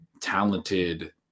talented